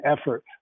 effort